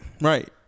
Right